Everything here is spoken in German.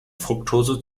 fruktose